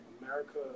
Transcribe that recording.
america